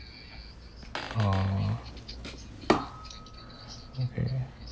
orh okay